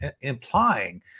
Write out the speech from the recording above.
implying